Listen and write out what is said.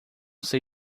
sei